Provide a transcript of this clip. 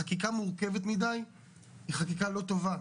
חקיקה מורכבת מדי היא חקיקה לא טובה.